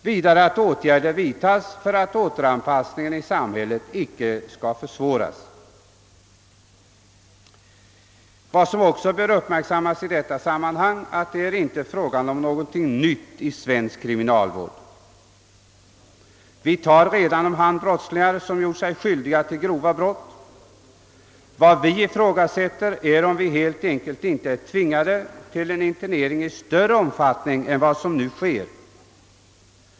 Vidare bör åtgärder vidtas för att återanpassningen i samhället icke skall försvåras. I detta sammanhang skall uppmärksammas att det här inte är fråga om något nytt i svensk kriminalvård. Vi tar redan om hand brottslingar som gjort sig skyldiga till grova brott. Vad vi ifrågasätter är om vi inte helt enkelt är tvingade till en internering i större omfattning än vad som nu sker.